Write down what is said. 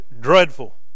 dreadful